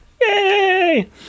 Yay